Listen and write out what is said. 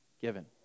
given